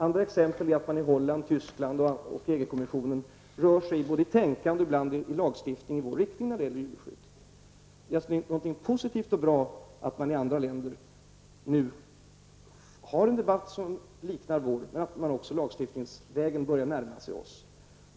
Andra exempel är att man i Holland, i Tyskland och i EG-kommissionen rör sig i vår riktning när det gäller djurskydd, både i tänkandet och när det gäller lagstiftningen. Jag ser det som någonting positivt och bra att man i andra länder har en debatt som liknar vår och att man även i fråga om lagstiftningen börjar närma sig oss.